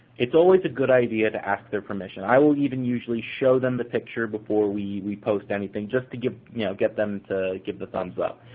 it's always a good idea to ask their permission. i will even usually show them the picture before we we post anything, just to you know get them to give the thumbs up.